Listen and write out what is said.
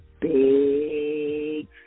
big